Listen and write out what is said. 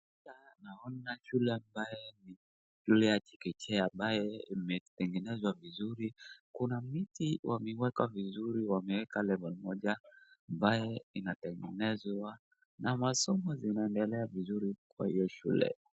Naona shule ambayo ni shule ya chekechea ambaye imetengenezwa vizuri, kuna miti wametengeneza vizuri wameweka level moja ambaye inatengenewa na masomo zinaendelea vizuri kwa hiyo shule.